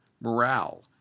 morale